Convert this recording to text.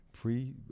pre